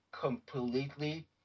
completely